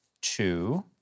Two